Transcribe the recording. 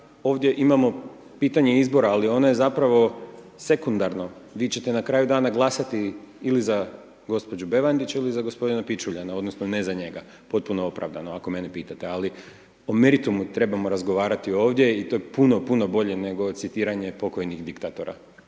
ovdje imamo pitanje izbora, ali on je zapravo sekundarno, vi će te na kraju dana glasati, ili za gospođu Bevandić ili za gospodina Pičuljana, odnosno ne za njega, potpuno opravdano ako mene pitate, ali o meritumu trebamo razgovarati ovdje i to je puno, puno bolje nego citiranje pokojnih diktatora.